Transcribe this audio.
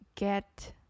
get